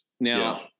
Now